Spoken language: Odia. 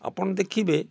ଆପଣ ଦେଖିବେ